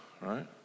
right